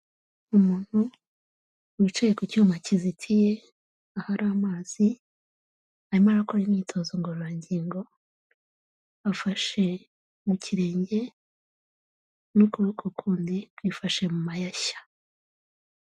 Umuntu wicaye ku cyuma kizitiye ahari amazi arimo arakora imyitozo ngororangingo, afashe mu kirenge n'ukuboko kundi kwifashe mu mayashya.